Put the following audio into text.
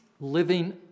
living